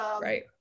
Right